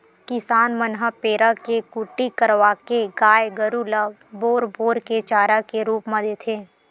किसान मन ह पेरा के कुटी करवाके गाय गरु ल बोर बोर के चारा के रुप म देथे